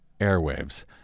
airwaves